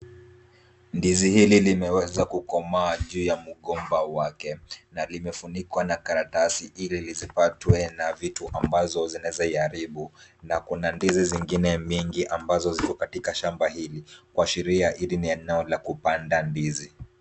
Ndizi hili linaweza kukomaa juu ya mgomba wake, na limefunikwa na karatasi ili zisipatwe na vitu ambazo zinaweza yaharibu na kuna ndizi zingine mingi ambazo ziko katika shamba hili kwa sheria ili ninao la kupanda ndizi.